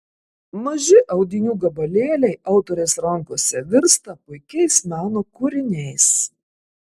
maži audinių gabalėliai autorės rankose virsta puikiais meno kūriniais